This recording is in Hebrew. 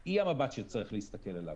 הוא המבט שצריך להסתכל אליו,